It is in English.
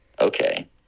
Okay